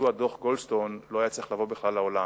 מדוע דוח-גולדסטון לא היה צריך בכלל לבוא לעולם.